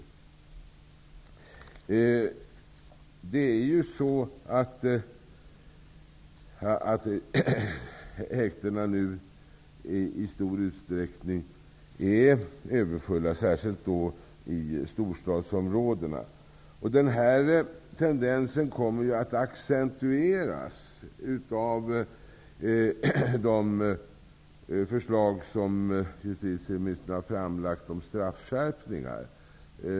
Häktena är ju nu i stor utsträckning överfulla, särskilt i storstadsområdena. Den här tendensen kommer att accentueras av de förslag om straffskärpningar som justitieministern har lagt fram.